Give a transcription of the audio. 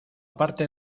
parte